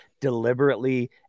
deliberately